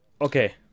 Okay